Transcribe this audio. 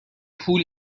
پول